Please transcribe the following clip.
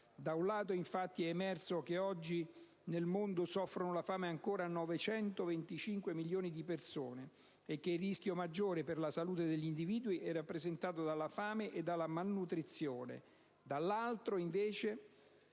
Da un lato, infatti, è emerso che ancora oggi nel mondo soffrono la fame 925 milioni di persone e che il rischio maggiore per la salute degli individui è rappresentato dalla fame e dalla malnutrizione; dall'altro, circa